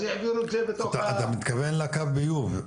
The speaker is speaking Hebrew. אז העבירו את זה בתוך ה --- אתה מתכוון לקו ביוב,